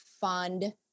fund